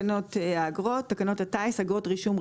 תיקון מספר 2. תקנות הטיס (אגרות רישום,